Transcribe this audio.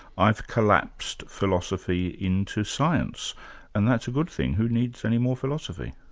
i've collapsed philosophy into science and that's a good thing, who needs any more philosophy?